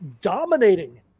dominating